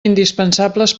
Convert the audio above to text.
indispensables